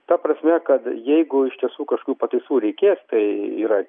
ta prasme kad jeigu iš tiesų kažkokių pataisų reikės tai yra